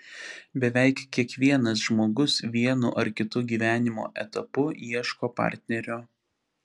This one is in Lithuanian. beveik kiekvienas žmogus vienu ar kitu gyvenimo etapu ieško partnerio